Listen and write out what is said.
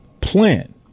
plan